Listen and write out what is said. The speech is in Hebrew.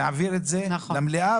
להעביר את זה למליאה,